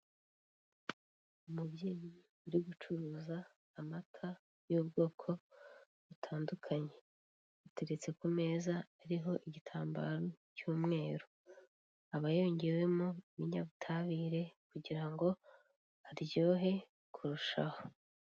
Umubyeyi uri gucuruza amata y'ubwoko butandukanye ateretse ku meza ariho igitambaro cy'umweru, aba yongewemo ibinyabutabire kugira ngo aryohe kurushaho.